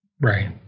right